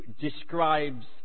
describes